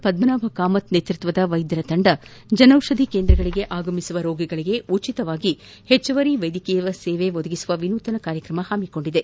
ಪದ್ಗನಾಭ ಕಾಮತ್ ನೇತೃತ್ತದ ವೈದ್ಧರ ತಂಡ ಜನೌಷಧಿ ಕೇಂದ್ರಗಳಗೆ ಆಗಮಿಸುವ ರೋಗಿಗಳಿಗೆ ಉಚಿತವಾಗಿ ಹೆಚ್ಚುವರಿ ವೈದ್ಯಕೀಯ ಸೇವೆ ಒದಗಿಸುವ ವಿನೂತನ ಕಾರ್ಯಕ್ರಮ ಹಮ್ಮಿಕೊಂಡಿದೆ